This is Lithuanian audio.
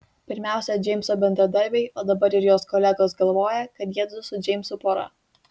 pirmiausia džeimso bendradarbiai o dabar ir jos kolegos galvoja kad jiedu su džeimsu pora